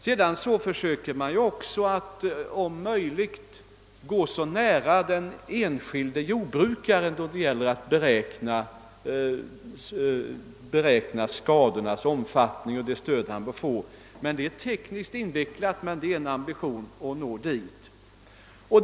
Man försöker också att göra en individuell bedömning av den enskilde jordbrukarens situation då det gäller att beräkna skadornas omfattning och det stöd som kan utgå. Detta är tekniskt invecklat, men det är nämndens ambition att nå detta mål.